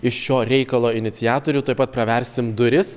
iš šio reikalo iniciatorių tuoj pat praversim duris